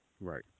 Right